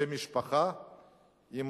זה משפחה עם